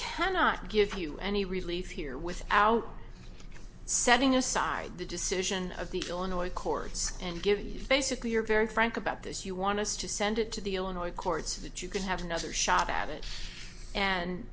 cannot give you any relief here without setting aside the decision of the illinois courts and given you basically are very frank about this you want us to send it to the illinois courts that you can have another shot at it and